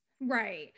Right